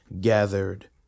gathered